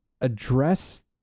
address